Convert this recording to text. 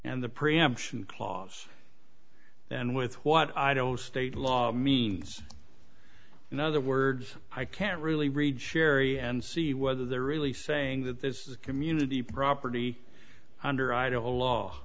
and the preemption clause and with what i don't state law means in other words i can't really read cheri and see whether they're really saying that this is a community property under idaho law